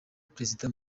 perezida